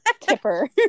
tipper